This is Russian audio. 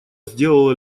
сделала